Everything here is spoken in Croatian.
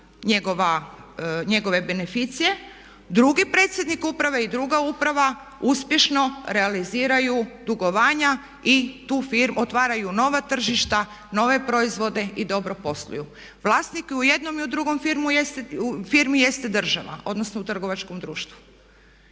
njegove beneficije, drugi predsjednik uprave i druga uprava uspješno realiziraju dugovanja i tu otvaraju nova tržišta, nove proizvode i dobro posluju. Vlasnik je i u jednoj i drugoj firmi država, odnosno u trgovačkom društvu.